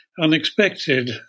unexpected